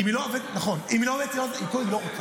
אז אם היא לא עובדת היא לא זכאית.